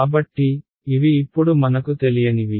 కాబట్టి ఇవి ఇప్పుడు మనకు తెలియనివి